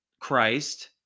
Christ